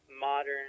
modern